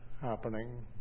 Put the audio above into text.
happening